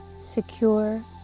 secure